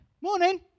Morning